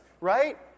right